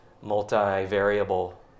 multi-variable